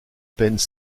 peines